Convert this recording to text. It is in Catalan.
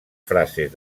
frases